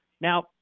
now